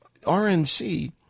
RNC